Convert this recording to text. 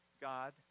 God